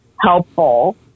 helpful